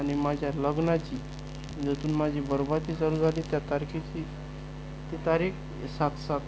आणि माझ्या लग्नाची जिथून माझी बरबादी चालू झाली त्या तारखेची ती तारीख सात सात